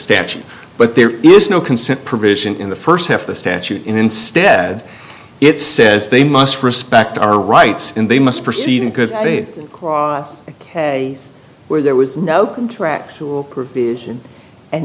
statute but there is no consent provision in the first half the statute instead it says they must respect our rights and they must proceed in good faith where there was no contractual provision and